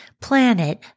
planet